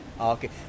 Okay